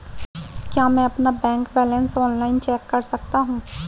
क्या मैं अपना बैंक बैलेंस ऑनलाइन चेक कर सकता हूँ?